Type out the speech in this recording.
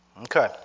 Okay